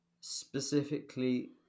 specifically